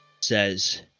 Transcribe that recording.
says